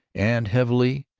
and heavily,